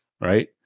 Right